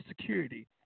security